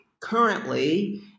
currently